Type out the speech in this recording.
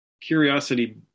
curiosity